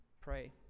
pray